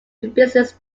business